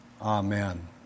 Amen